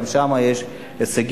גם שם יש הישגים,